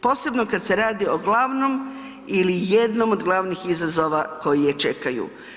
Posebno kad se radi o glavnom ili jednom od glavnih izazova koji je čekaju.